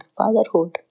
fatherhood